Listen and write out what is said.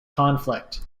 conflict